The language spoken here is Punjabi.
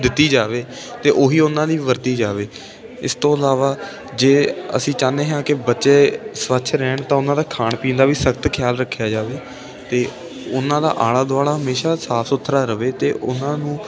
ਦਿੱਤੀ ਜਾਵੇ ਅਤੇ ਉਹੀ ਉਹਨਾਂ ਲਈ ਵਰਤੀ ਜਾਵੇ ਇਸ ਤੋਂ ਇਲਾਵਾ ਜੇ ਅਸੀਂ ਚਾਹੁੰਦੇ ਹਾਂ ਕਿ ਬੱਚੇ ਸਵੱਛ ਰਹਿਣ ਤਾਂ ਉਹਨਾਂ ਦਾ ਖਾਣ ਪੀਣ ਦਾ ਵੀ ਸਖਤ ਖਿਆਲ ਰੱਖਿਆ ਜਾਵੇ ਅਤੇ ਉਹਨਾਂ ਦਾ ਆਲਾ ਦੁਆਲਾ ਹਮੇਸ਼ਾ ਸਾਫ ਸੁਥਰਾ ਰਹੇ ਅਤੇ ਉਹਨਾਂ ਨੂੰ